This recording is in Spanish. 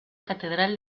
catedral